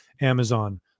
Amazon